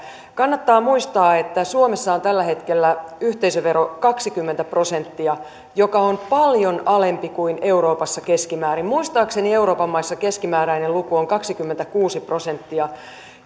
kannattaa muistaa että suomessa on tällä hetkellä yhteisövero kaksikymmentä prosenttia joka on paljon alempi kuin euroopassa keskimäärin muistaakseni euroopan maissa keskimääräinen luku on kaksikymmentäkuusi prosenttia